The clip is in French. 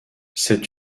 c’est